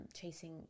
chasing